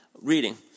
Reading